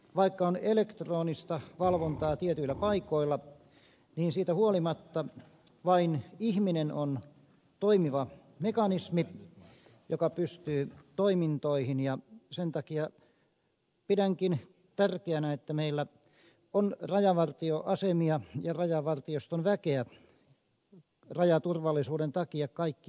vaikka on elektronista valvontaa tietyillä paikoilla niin siitä huolimatta vain ihminen on toimiva mekanismi joka pystyy toimintoihin ja sen takia pidänkin tärkeänä että meillä on rajavartioasemia ja rajavartioston väkeä rajaturvallisuuden takia kaikkialla riittävästi